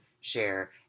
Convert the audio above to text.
share